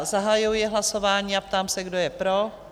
Zahajuji hlasování a ptám se, kdo je pro?